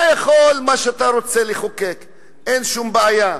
אתה יכול לחוקק מה שאתה רוצה, אין שום בעיה.